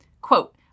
Quote